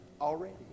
already